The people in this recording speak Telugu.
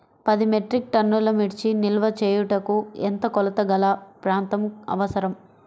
పది మెట్రిక్ టన్నుల మిర్చి నిల్వ చేయుటకు ఎంత కోలతగల ప్రాంతం అవసరం?